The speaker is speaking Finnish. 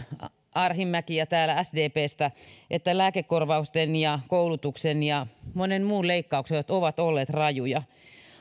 arhinmäki ja täällä sdpstä että lääkekorvausten koulutuksen ja monen muun leikkaukset ovat olleet rajuja